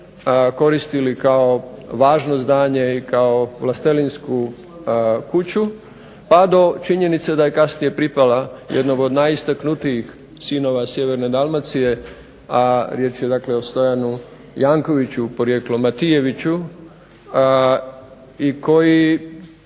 koristili kao važno zdanje i kao vlastelinsku kuću pa do činjenice da je kasnije pripala jednog od najistaknutijih sinova sjeverne Dalmacije, a riječ je dakle o Stojanu Jankoviću, porijeklom Matijeviću i koji